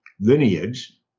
lineage